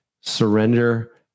Surrender